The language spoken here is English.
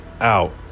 out